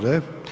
Ne.